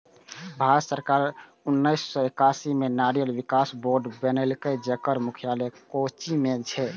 भारत सरकार उन्नेस सय एकासी मे नारियल विकास बोर्ड बनेलकै, जेकर मुख्यालय कोच्चि मे छै